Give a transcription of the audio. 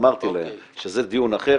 אמרתי להם שזה דיון אחר,